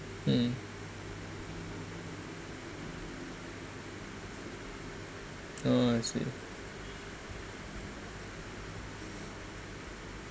hmm oh he say